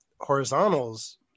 horizontals